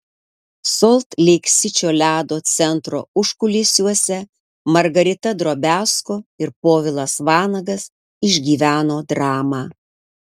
solt leik sičio ledo centro užkulisiuose margarita drobiazko ir povilas vanagas išgyveno dramą